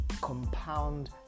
compound